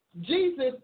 Jesus